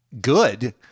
good